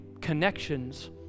connections